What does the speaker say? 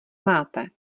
máte